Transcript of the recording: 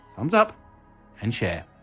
thumbs up and share